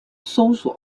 搜索